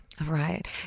Right